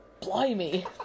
blimey